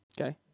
Okay